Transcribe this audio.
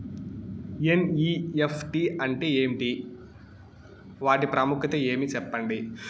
NEFT అంటే ఏమి వాటి ప్రాముఖ్యత ఏమి? సెప్పండి?